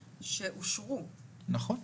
שאושרו, נכון.